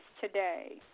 today